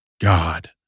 God